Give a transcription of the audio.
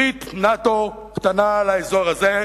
ברית נאט"ו קטנה לאזור הזה,